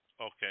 Okay